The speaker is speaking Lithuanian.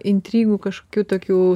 intrigų kažkokių tokių